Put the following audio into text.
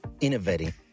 innovating